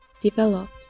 developed